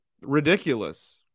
ridiculous